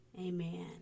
Amen